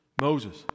Moses